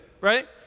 right